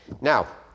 Now